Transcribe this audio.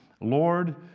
Lord